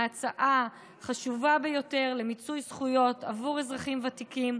ההצעה חשובה ביותר למיצוי זכויות עבור אזרחים ותיקים,